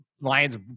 lions